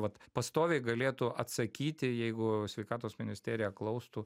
vat pastoviai galėtų atsakyti jeigu sveikatos ministerija klaustų